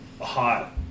hot